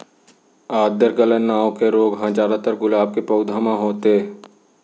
आद्र गलन नांव के रोग ह जादातर गुलाब के पउधा म होथे